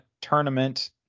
tournament